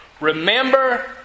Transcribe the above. remember